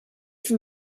from